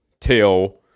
Tell